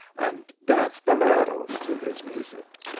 and dance boleros to his music.